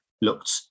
looked